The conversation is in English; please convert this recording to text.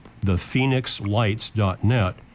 thephoenixlights.net